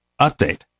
update